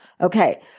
Okay